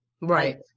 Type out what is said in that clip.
right